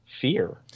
fear